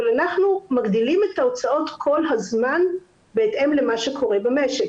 אבל אנחנו מגדילים את ההוצאות כל הזמן בהתאם למה שקורה במשק.